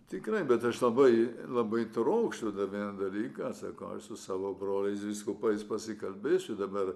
tikrai bet aš labai labai trokštu tą vieną dalyką sakau aš su savo broliais vyskupais pasikalbėsiu dabar